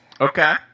okay